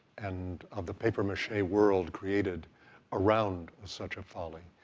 and of the papier-mache world created around such a folly,